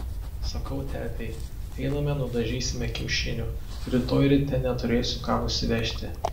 sakau tetei einame nudažysime kiaušinių rytoj ryte neturėsiu ką nusivežti